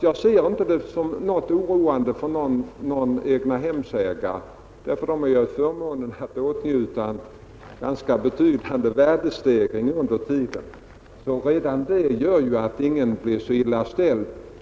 Jag ser inte detta som något oroande för egnahemsägarna, ty de har ju under tiden förmånen att kunna åtnjuta en ganska betydande värdestegring. Redan det gör att ingen blir illa ställd.